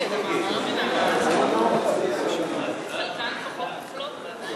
פטור בעת קניית דירה ראשונה לזוגות צעירים),